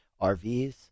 RVs